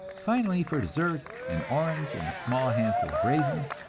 finally, for dessert, an orange and a small handful of raisins,